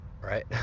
right